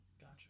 Gotcha